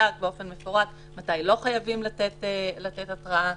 ובאופן מפורט מתי לא חייבים לתת התראה.